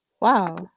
Wow